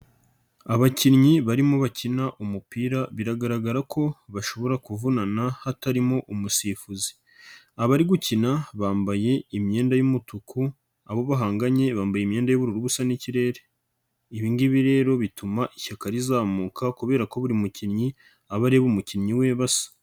Abakinnyi barimo bakina umupira biragaragara ko bashobora kuvunana hatarimo umusifuzi abari gukina bambaye imyenda y'umutuku abo bahanganye bambaye imyenda yubururu busa n'ikirere ibingibi rero bituma ishyaka rizamuka kubera ko buri mukinnyi aba areba umukinnyi we basa.